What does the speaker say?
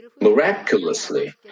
Miraculously